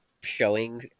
showing